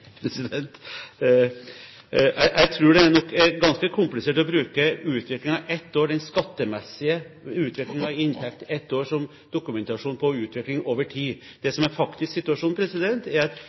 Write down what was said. det nok er ganske komplisert å bruke den skattemessige utviklingen i inntektene i ett år som dokumentasjon på utviklingen over tid. Det som er den faktiske situasjonen, er at